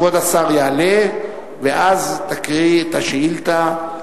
כבוד השר יעלה ואז תקראי את השאילתא,